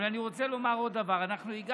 אבל אני רוצה לומר עוד דבר.